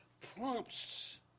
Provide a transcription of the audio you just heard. prompts